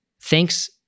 thanks